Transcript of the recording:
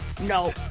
no